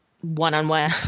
one-on-one